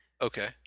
Okay